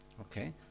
Okay